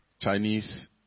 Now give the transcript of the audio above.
chinese